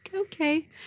okay